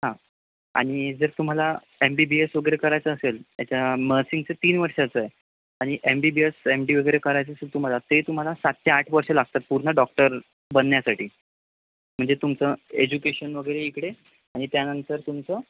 हां आणि जर तुम्हाला एम बी बी एस वगैरे करायचं असेल त्याच्या नर्सिंगचं तीन वर्षाचं आहे आणि M B B S M D वगैरे करायचं असेल तुम्हाला ते तुम्हाला सात ते आठ वर्षं लागतात पूर्ण डॉक्टर बनण्यासाठी म्हणजे तुमचं एजुकेशन वगैरे इकडे आणि त्यानंतर तुमचं